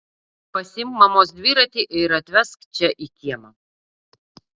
pasiimk mamos dviratį ir atvesk čia į kiemą